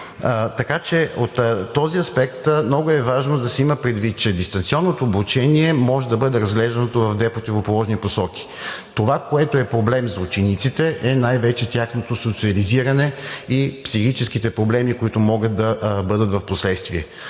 от този аспект много е важно да се има предвид, че дистанционното обучение може да бъде разглеждано в две противоположни посоки. Това, което е проблем за учениците, е най-вече тяхното социализиране и психическите проблеми, които могат да бъдат впоследствие.